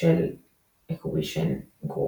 של Equation group.